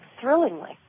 thrillingly